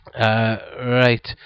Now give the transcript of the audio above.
Right